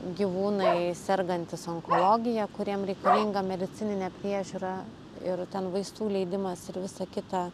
gyvūnai sergantys onkologija kuriem reikalinga medicininė priežiūra ir ten vaistų leidimas ir visa kita